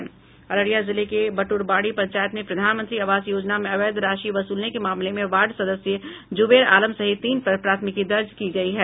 अररिया जिले के बट्रबाड़ी पंचायत में प्रधानमंत्री आवास योजना में अवैध राशि वसूलने के मामले में वार्ड सदस्य जुबेर आलम सहित तीन पर प्राथमिकी दर्ज करायी गयी है